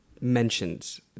mentions